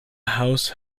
house